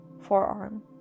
forearm